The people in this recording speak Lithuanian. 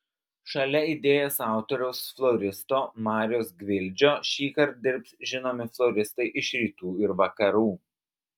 šalia idėjos autoriaus floristo mariaus gvildžio šįkart dirbs žinomi floristai iš rytų ir vakarų